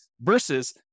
versus